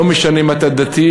לא משנה אם אתה דתי,